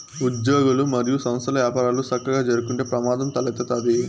ఉజ్యోగులు, మరియు సంస్థల్ల యపారాలు సక్కగా జరక్కుంటే ప్రమాదం తలెత్తతాది